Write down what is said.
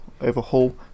overhaul